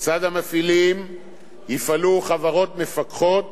לצד המפעילים יפעלו חברות מפקחות,